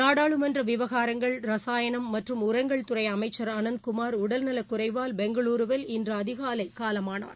நாடாளுமன்ற விவகாரங்கள் ரசாயனம் மற்றும் உரங்கள் துறை அமைச்சர் அனந்த குமார் உடல்நலக்குறைவால் பெங்களூருவில் இன்று அதிகாலை காலமானார்